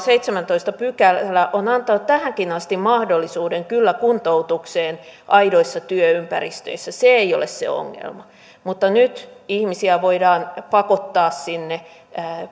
seitsemästoista pykälä on antanut tähänkin asti kyllä mahdollisuuden kuntoutukseen aidoissa työympäristöissä se ei ole se ongelma mutta nyt ihmisiä voidaan pakottaa sinne